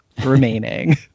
remaining